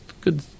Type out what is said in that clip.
good